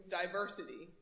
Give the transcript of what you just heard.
diversity